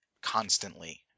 constantly